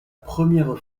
première